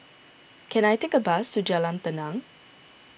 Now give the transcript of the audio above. can I take a bus to Jalan Tenang